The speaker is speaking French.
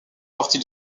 partie